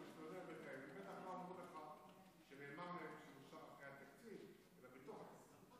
בטח לא אמרו לך, אלא בתוך.